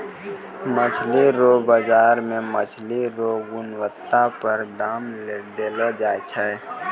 मछली रो बाजार मे मछली रो गुणबत्ता पर दाम देलो जाय छै